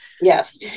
yes